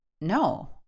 no